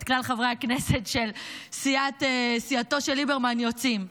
את כלל חברי הכנסת של סיעתו של ליברמן יוצאים.